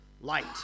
light